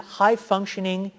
high-functioning